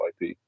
IP